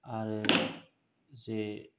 आरो जे